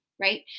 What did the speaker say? right